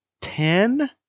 ten